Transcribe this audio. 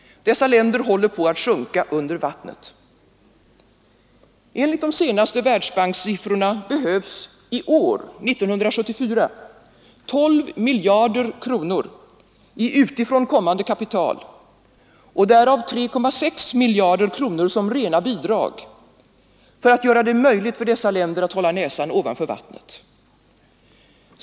Dessa länder håller på att sjunka under vattnet. Enligt de senaste Världsbankssiffrorna behövs i år, 1974, 12 miljarder kronor i utifrån kommande kapital, därav 3,6 miljarder som rena bidrag, för att göra det möjligt för dessa länder att hålla näsan över vattnet.